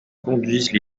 conduisent